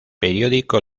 periódico